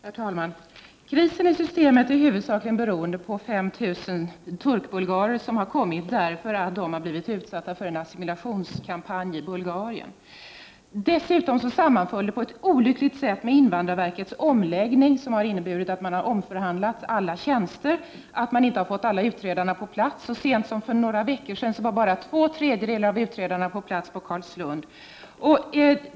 Herr talman! Krisen i systemet beror huvudsakligen på de 5 000 turkbulgarer som har kommit hit därför att de har blivit utsatta för en assimilationskampanj i Bulgarien. Dessutom sammanfaller detta på ett olyckligt sätt med invandrarverkets omläggning som har inneburit att man har omförhandlat alla tjänster. Man har inte fått alla utredarna på plats. Så sent som för några veckor sedan var bara två tredjedelar av utredarna på plats i Carlslund.